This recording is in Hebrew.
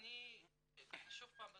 שוב פעם,